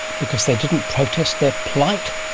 because they didn't protest their plight,